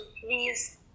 please